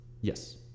Yes